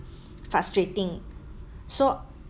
frustrating so